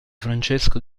francesco